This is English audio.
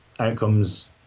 Outcomes